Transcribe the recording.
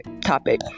topic